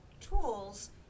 tools